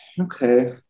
okay